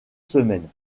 semaines